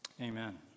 Amen